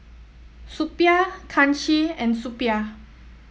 Suppiah Kanshi and Suppiah